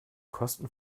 kosten